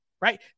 right